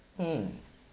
mm